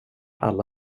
alla